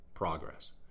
progress